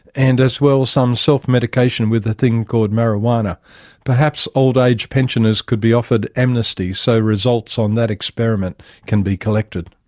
and as well some self-medication with a thing called marihuana perhaps old-age pensioners could be offered amnesty so results on that experiment can be collected.